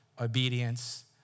obedience